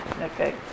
Okay